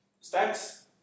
stacks